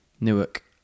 Newark